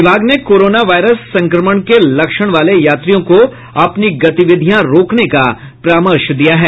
विभाग ने corona virus संक्रमण के लक्षण वाले यात्रियों को अपनी गतिविधियां रोकने का परामर्श दिया है